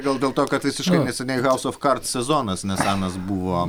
gal dėl to kad visiškai neseniai house of cards sezonas nesenas buvo